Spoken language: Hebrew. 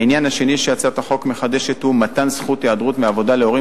העניין השני שהצעת החוק מחדשת הוא מתן זכות היעדרות מהעבודה להורים